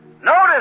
Notice